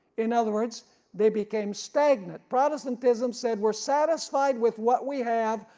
in other words they became stagnant. protestantism said we are satisfied with what we have,